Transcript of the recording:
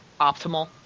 optimal